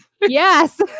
yes